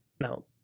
Now